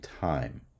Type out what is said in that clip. time